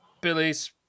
Billy's